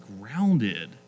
grounded